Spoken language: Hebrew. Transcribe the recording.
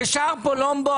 בשער פלומבו,